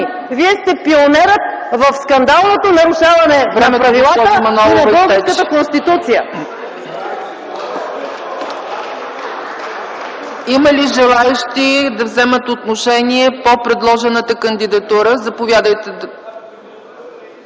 Вие сте пионерът в скандалното нарушаване на правилата и на българската Конституция.